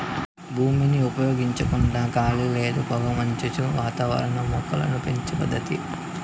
భూమిని ఉపయోగించకుండా గాలి లేదా పొగమంచు వాతావరణంలో మొక్కలను పెంచే పద్దతి